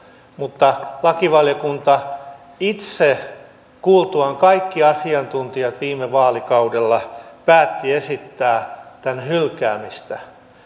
mutta lakivaliokunta itse kuultuaan kaikki asiantuntijat viime vaalikaudella päätti esittää tämän hylkäämistä